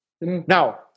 Now